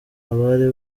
abari